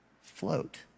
float